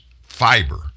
fiber